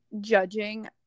judging